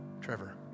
Trevor